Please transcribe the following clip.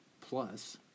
Plus